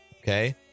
okay